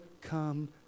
come